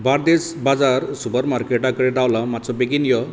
बार्देज बाजार सुपर मार्केटा कडेन रावलां मातसो बेगीन यो